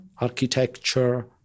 architecture